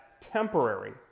temporary